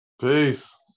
Peace